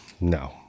no